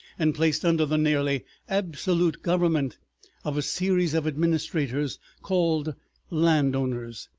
and placed under the nearly absolute government of a series of administrators called landowners.